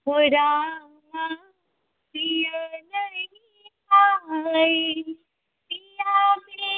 हो रामा पिया नहीं आये पिया बिनु